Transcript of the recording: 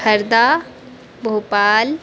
Harda Bhopal